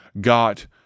got